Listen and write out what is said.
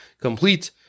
complete